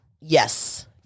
Yes